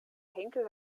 henkel